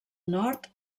nord